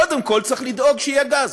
קודם כול, צריך לדאוג שיהיה גז.